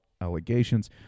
allegations